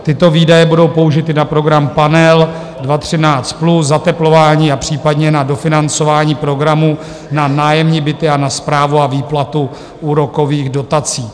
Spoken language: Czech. Tyto výdaje budou použity na program Panel 2013+, zateplování a případně na dofinancování programů na nájemní byty a na správu a výplatu úrokových dotací.